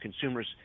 Consumers